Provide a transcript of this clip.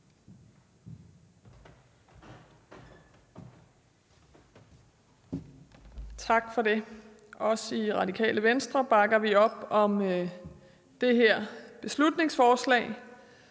Tak for det. Også i Radikale Venstre bakker vi op om det her beslutningsforslag,